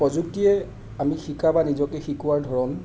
প্ৰযুক্তিয়ে আমি শিকা বা নিজকে শিকোৱাৰ ধৰণ